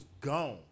gone